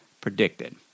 predicted